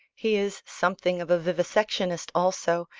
he is something of a vivisectionist also,